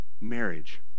marriage—